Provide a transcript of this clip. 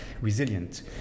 resilient